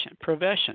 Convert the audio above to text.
profession